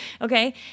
Okay